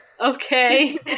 Okay